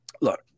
look